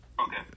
Okay